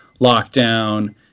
lockdown